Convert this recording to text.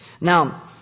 Now